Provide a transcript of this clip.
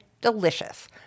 delicious